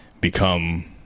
become